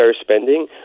spending